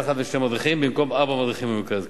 במקום ארבעה מדריכים במרכז,